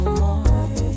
more